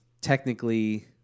technically